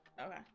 Okay